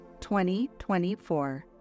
2024